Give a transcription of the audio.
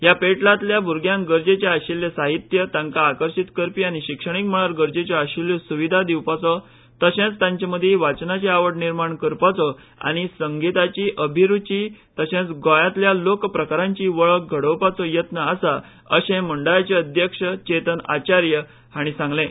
ह्या पेटलांतल्यान भूरग्यांक गरजेचे आशिल्लें साहित्य तांकां आकर्शीत करपी आनी शिक्षणीक मळार गरजेच्यो आशिल्ल्यो सुविधा दिवपाचो तशेंच तांचे मर्दी वाचनाची आवड निर्माण करपाचो आनी संगिताची अभिरुची गोंयांतल्या लोक प्रकारांची वळख घडोवपाचो येत्न आसा अशें मंडळाचे अध्यक्ष चेतन आचार्य हांणी सांगलें